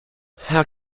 how